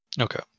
Okay